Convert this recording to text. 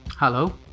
Hello